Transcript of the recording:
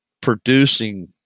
producing